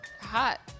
hot